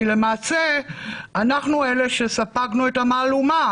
כי למעשה אנחנו אלה שספגנו את המהלומה.